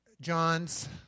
John's